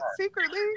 secretly